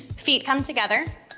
feet come together.